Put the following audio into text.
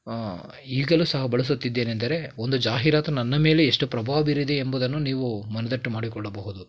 ಈಗಲೂ ಸಹ ಬಳಸುತ್ತಿದ್ದೇನೆ ಅಂದರೆ ಒಂದು ಜಾಹೀರಾತು ನನ್ನ ಮೇಲೆ ಎಷ್ಟು ಪ್ರಭಾವ ಬೀರಿದೆ ಎಂಬುದನ್ನು ನೀವು ಮನದಟ್ಟು ಮಾಡಿಕೊಳ್ಳಬಹುದು